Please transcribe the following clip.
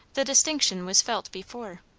the distinction was felt before.